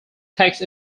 text